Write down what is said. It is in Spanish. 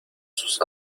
sus